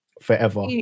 forever